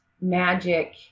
magic